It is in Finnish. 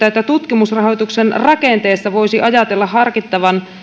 että tutkimusrahoituksen rakenteessa voisi ajatella harkittavan